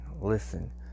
listen